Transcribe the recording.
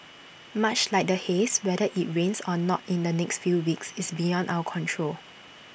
much like the haze whether IT rains or not in the next few weeks is beyond our control